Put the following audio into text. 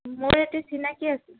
মই এইটো চিনাকি আছে